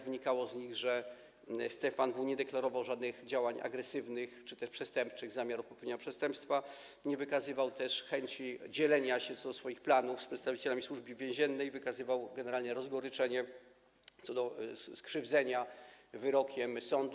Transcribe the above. Wynikało z nich, że Stefan W. nie deklarował żadnych działań agresywnych czy też przestępczych, zamiaru popełnienia przestępstwa, nie wykazywał też chęci dzielenia się co do swoich planów z przedstawicielami Służby Więziennej, wykazywał generalnie rozgoryczenie co do skrzywdzenia wyrokiem sądu.